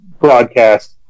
broadcast